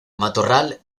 matorral